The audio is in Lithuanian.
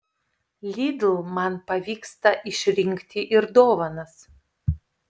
lidl man pavyksta išrinkti ir dovanas